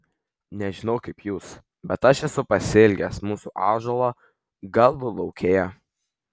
nežinau kaip jūs bet aš esu pasiilgęs mūsų ąžuolo galulaukėje